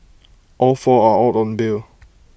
all four are out on bail